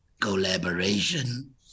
collaboration